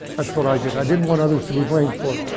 that's what i did. i didn't want others to be blamed for it.